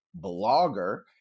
blogger